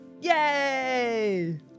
Yay